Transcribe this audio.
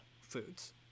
foods